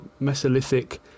Mesolithic